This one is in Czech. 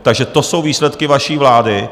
Takže to jsou výsledky vaší vlády.